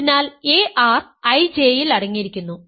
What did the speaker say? അതിനാൽ ar IJ ൽ അടങ്ങിയിരിക്കുന്നു